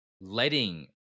letting